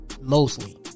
Mostly